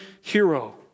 hero